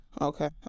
Okay